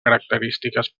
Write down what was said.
característiques